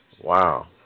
Wow